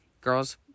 Girls